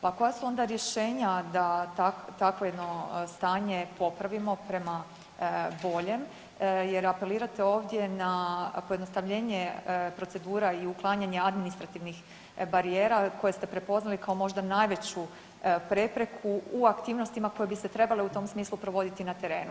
Pa koja su onda rješenja da takvo jedno stanje popravimo prema boljem jer apelirate ovdje na pojednostavljenje procedura i uklanjanje administrativnih barijera koje ste prepoznali kao možda najveću prepreku u aktivnostima koje bi se trebale u tom smislu provoditi na terenu.